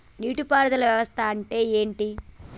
నీటి పారుదల వ్యవస్థ అంటే ఏంటి?